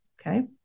okay